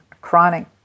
chronic